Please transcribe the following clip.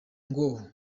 ngo